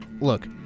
look